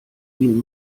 ihnen